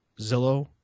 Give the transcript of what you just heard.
Zillow